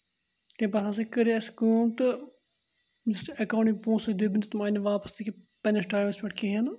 تمہِ پَتہٕ ہَسا کٔر اَسہِ کٲم تہٕ یُس اٮ۪کاوُنٛٹٕے پونٛسہٕ دوٚپم نہٕ تٕم آیہِ نہٕ واپَس تہِ کہِ پنٛنِس ٹایمَس پٮ۪ٹھ کِہیٖنۍ نہٕ